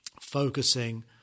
focusing